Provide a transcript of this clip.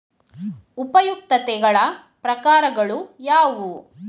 ಉಪಯುಕ್ತತೆಗಳ ಪ್ರಕಾರಗಳು ಯಾವುವು?